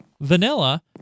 vanilla